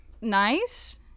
nice